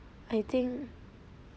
I think